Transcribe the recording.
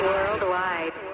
Worldwide